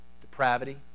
depravity